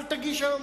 אל תגיש היום,